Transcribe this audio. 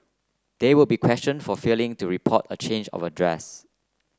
they will be questioned for failing to report a change of address